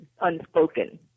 unspoken